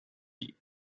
die